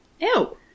Ew